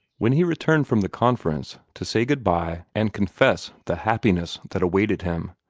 when he returned from the conference, to say good-bye and confess the happiness that awaited him,